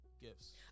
gifts